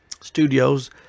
studios